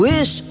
Wish